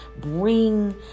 bring